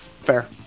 Fair